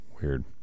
Weird